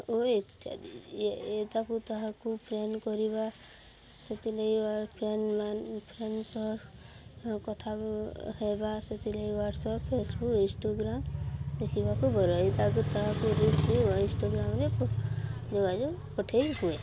ଓ ଇତ୍ୟାଦି ତାକୁ ତାହାକୁ ଫ୍ରେଣ୍ଡ୍ କରିବା ସେଥିଲାଗି ଫ୍ରେଣ୍ଡ୍ ମାନେ ଫ୍ରେଣ୍ଡ୍ସ କଥା ହେବା ସେଥିଲାଗି ୱାଟ୍ସପ୍ ଫେସ୍ବୁକ୍ ଇନ୍ଷ୍ଟାଗ୍ରାମ୍ ଦେଖିବାକୁ ଭଲ ଏ ତାକୁ ତାହାକୁ ରେସିପି ଇନ୍ଷ୍ଟାଗ୍ରାମ୍ରେ ଯୋଗାଯୋଗ ପଠାଇ ହୁଏ